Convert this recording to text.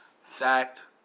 fact